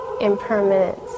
impermanence